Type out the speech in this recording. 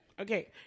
okay